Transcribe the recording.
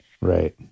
Right